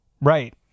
Right